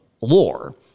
lore